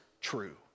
true